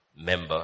member